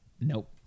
Nope